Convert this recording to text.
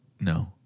No